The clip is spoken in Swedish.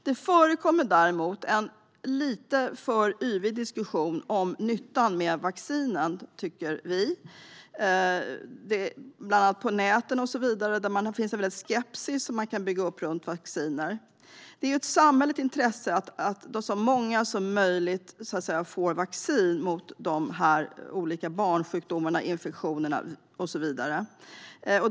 Det förekommer dock en lite yvig diskussion, bland annat på nätet, om nyttan av vacciner. Det bygger upp en skepsis mot vacciner. Det är av samhälleligt intresse att så många som möjligt får vaccin mot dessa barnsjukdomar, infektioner och så vidare.